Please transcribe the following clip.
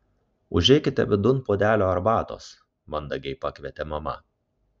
užeikite vidun puodelio arbatos mandagiai pakvietė mama